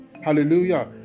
Hallelujah